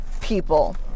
people